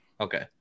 Okay